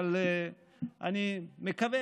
אבל אני מקווה,